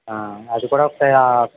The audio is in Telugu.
అదికూడా